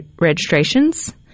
registrations